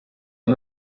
ati